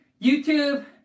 YouTube